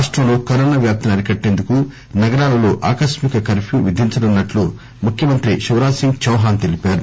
రాష్ట్ంలో corona వ్యాప్తిని అరికట్టేందుకు నగరాలల్లో ఆకస్మిక కర్ఫ్యూ విధించనున్నట్లు ముఖ్యమంత్రి శివరాజ్ సింగ్ చౌహాన్ తెలిపారు